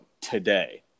today